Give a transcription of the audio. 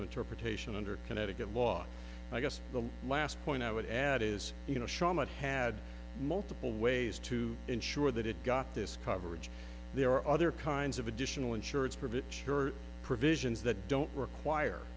interpretation under connecticut law i guess the last point i would add is you know shawmut had multiple ways to ensure that it got this coverage there are other kinds of additional insurance for be sure provisions that don't require